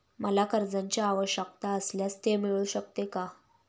मला कर्जांची आवश्यकता असल्यास ते मिळू शकते का?